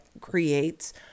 creates